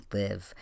live